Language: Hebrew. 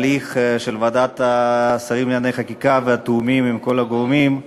כל התהליך של ועדת השרים לענייני חקיקה והתיאומים עם כל הגורמים,